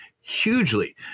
hugely